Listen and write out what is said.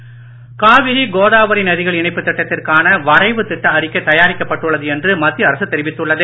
நதிகள் இணைப்பு காவிரி கோதாவரி நதிகள் இணைப்பு திட்டத்திற்கான வரைவு திட்ட அறிக்கை தயாரிக்கப்பட்டுள்ளது என்று மத்திய அரசு தெரிவித்துள்ளது